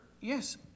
yes